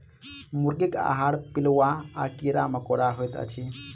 मुर्गीक आहार पिलुआ आ कीड़ा मकोड़ा होइत अछि